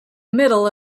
middle